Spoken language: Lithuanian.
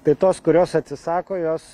tai tos kurios atsisako jos